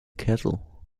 kettle